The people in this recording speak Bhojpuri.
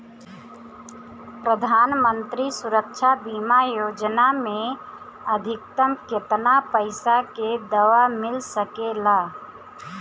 प्रधानमंत्री सुरक्षा बीमा योजना मे अधिक्तम केतना पइसा के दवा मिल सके ला?